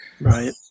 right